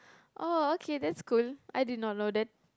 oh okay that's cool I did not know that